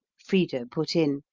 frida put in,